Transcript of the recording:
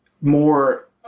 more